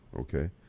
Okay